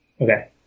Okay